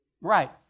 Right